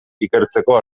ikertzeko